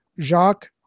Jacques